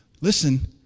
Listen